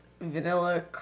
vanilla